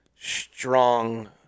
strong